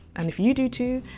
and if you do too.